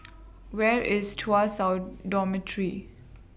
Where IS Tuas South Dormitory